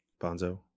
Bonzo